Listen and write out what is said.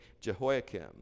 Jehoiakim